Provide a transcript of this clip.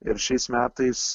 ir šiais metais